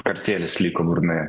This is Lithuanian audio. kartėlis liko burnoje